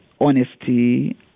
honesty